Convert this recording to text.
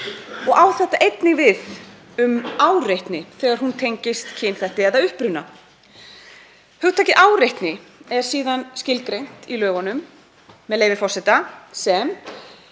og á þetta einnig við um áreitni þegar hún tengist kynþætti eða uppruna. Hugtakið áreitni er síðan skilgreint í lögunum þannig, með leyfi forseta: